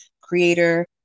creator